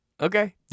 Okay